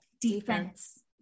defense